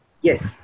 Yes